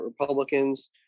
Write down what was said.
Republicans